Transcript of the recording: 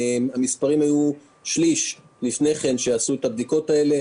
הנתונים לפני כן היו ששליש עשו את הבדיקות האלה,